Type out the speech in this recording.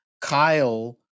Kyle